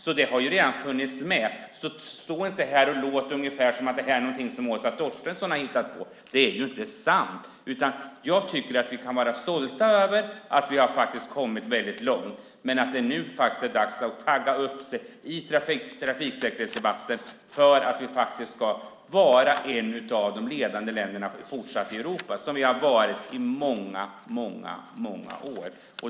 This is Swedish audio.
Det har alltså redan funnits med, så stå inte här, Åsa Torstensson, och låt som att det här är någonting som du har hittat på, för det är inte sant. Jag tycker visst att vi kan vara stolta över att vi har kommit väldigt långt, men nu är det dags att tagga upp sig i trafiksäkerhetsdebatten för att vi fortsatt ska vara ett av de ledande länderna i Europa, vilket vi har varit i många, många år.